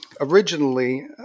originally